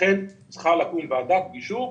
לכן צריכה לקום ועדת גישור.